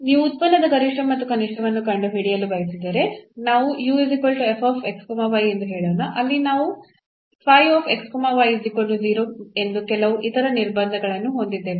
ನೀವು ಉತ್ಪನ್ನದ ಗರಿಷ್ಠ ಮತ್ತು ಕನಿಷ್ಠವನ್ನು ಕಂಡುಹಿಡಿಯಲು ಬಯಸಿದರೆ ನಾವು ಎಂದು ಹೇಳೋಣ ಅಲ್ಲಿ ನಾವು ಎಂದು ಕೆಲವು ಇತರ ನಿರ್ಬಂಧಗಳನ್ನು ಹೊಂದಿದ್ದೇವೆ